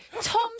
Tom